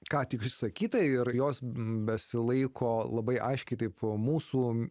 ką tik išsakytai ir jos besilaiko labai aiškiai taip mūsų